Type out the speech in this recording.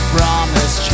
promise